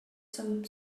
some